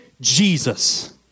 Jesus